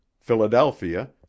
Philadelphia